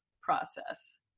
process